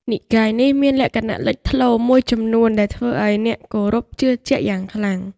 និកាយនេះមានលក្ខណៈលេចធ្លោមួយចំនួនដែលធ្វើឲ្យអ្នកគោរពជឿជាក់យ៉ាងខ្លាំង។